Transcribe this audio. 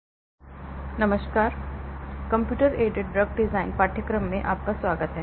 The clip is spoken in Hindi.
सभी को नमस्कार कंप्यूटर एडेड ड्रग डिज़ाइन पाठ्यक्रम में आपका स्वागत है